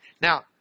Now